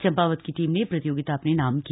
चंपावत की टीम ने प्रतियोगिता अपने नाम की